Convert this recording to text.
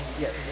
Yes